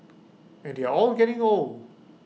and they're all getting old